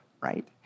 right